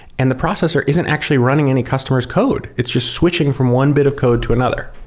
and the processor isn't actually running any customer s code. it's just switching from one bit of code to another.